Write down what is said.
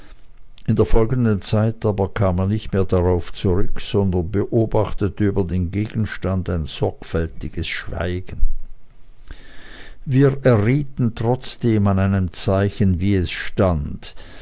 in der folgenden zeit aber kam er nicht mehr darauf zurück sondern beobachtete über den gegenstand ein sorgfältiges schweigen wir errieten trotzdem an einem zeichen wie es stand